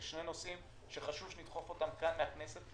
אלה שני נושאים שחשוב שנדחוף אותם כאן מן הכנסת,